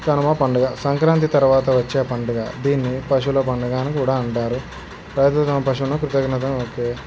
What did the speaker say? కనుమ పండుగ సంక్రాంతి తర్వాత వచ్చే పండుగ దీన్ని పశువుల పండుగ అని కూడా అంటారు రైతులు తమ పశువులకు కృతజ్ఞత ఓకే